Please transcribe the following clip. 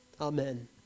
Amen